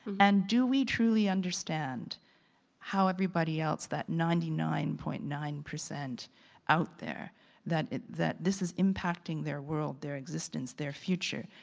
and do we truly understand how everybody else, that ninety nine point nine out out there that that this is impacting their world, their existence, their future.